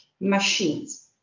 machines